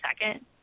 second